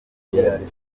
yari